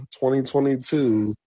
2022